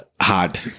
hard